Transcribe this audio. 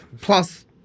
Plus